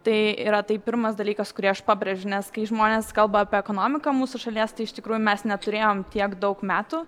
tai yra tai pirmas dalykas kurį aš pabrėžiu nes kai žmonės kalba apie ekonomiką mūsų šalies tai iš tikrųjų mes neturėjom tiek daug metų